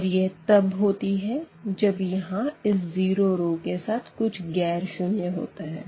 और यह तब होती है जब यहाँ इस ज़ीरो रो के साथ कुछ ग़ैर शून्य होता है